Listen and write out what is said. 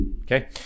Okay